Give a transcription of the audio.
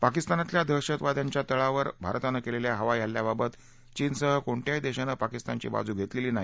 पाकिस्तानातल्या दहशतवाद्यांच्या तळावर भारतानं केलेल्या हवाई हल्ल्याबाबत चीनसह कोणत्याही देशानं पाकिस्तानची बाजू घेतलेली नाही